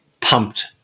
pumped